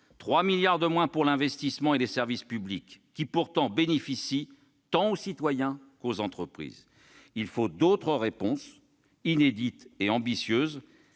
3 milliards de moins pour l'investissement et les services publics, qui pourtant bénéficient tant aux citoyens qu'aux entreprises. Il faut d'autres réponses, inédites et ambitieuses,